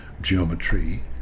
geometry